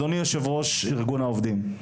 אדוני יו"ר ארגון העובדים.